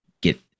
get